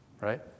Right